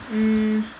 mm